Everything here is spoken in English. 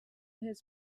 his